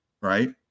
right